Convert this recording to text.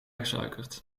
gesuikerd